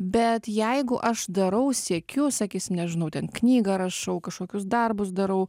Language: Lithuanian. bet jeigu aš darau siekiu sakys nežinau ten knygą rašau kažkokius darbus darau